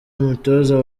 umutoza